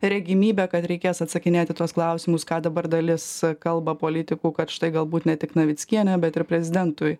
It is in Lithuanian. regimybę kad reikės atsakinėt į tuos klausimus ką dabar dalis kalba politikų kad štai galbūt ne tik navickienė bet ir prezidentui